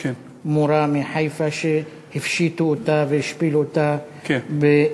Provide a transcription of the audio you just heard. מורה מחיפה שהפשיטו אותה באילת,